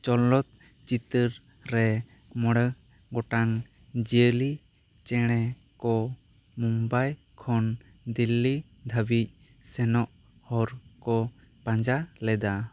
ᱪᱚᱞᱚᱛ ᱪᱤᱛᱟᱹᱨ ᱨᱮ ᱢᱚᱬᱮ ᱜᱚᱴᱟᱝ ᱡᱤᱭᱟᱹᱞᱤ ᱪᱮᱬᱮ ᱠᱚ ᱢᱩᱢᱵᱟᱭ ᱠᱷᱚᱱ ᱫᱤᱞᱞᱤ ᱫᱷᱟ ᱵᱤᱡ ᱥᱮᱱᱚᱜ ᱦᱚᱨ ᱠᱚ ᱯᱟᱸᱡᱟ ᱞᱮᱫᱟ